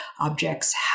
objects